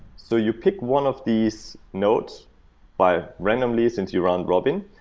so you pick one of these nodes by randomly, since you round-robin,